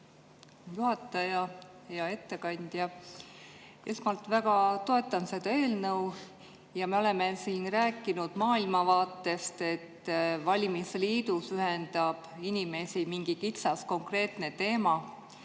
juhataja! Hea ettekandja! Esiteks, väga toetan seda eelnõu. Me oleme siin rääkinud maailmavaatest, et valimisliidus ühendab inimesi mingi kitsas konkreetne teema.